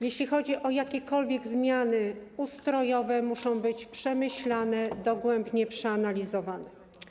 Jeśli chodzi o jakiekolwiek zmiany ustrojowe, one muszą być przemyślane i dogłębnie przeanalizowane.